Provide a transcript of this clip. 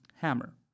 hammer